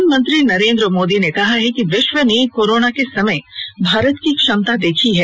प्रधानमंत्री नरेंद्र मोदी ने कहा है कि विश्व ने कोरोना के समय में भारत की क्षमता देखी है